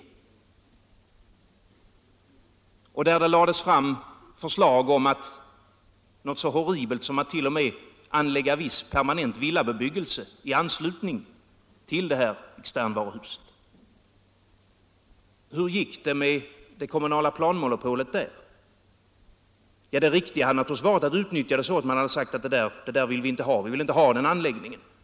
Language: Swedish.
Det lades där t.o.m. fram förslag om någonting så horribelt som att anlägga en permanent villabyggelse i anslutning till det där externvaruhuset. Hur gick det med det kommunala planmonopolet där? — Det riktiga hade naturligvis varit att utnyttja det så, att man hade sagt: Det där vill vi inte ha; vi vill inte ha den där anläggningen!